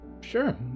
Sure